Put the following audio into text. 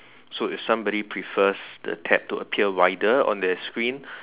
so if somebody prefers the tab to appear wider on their screen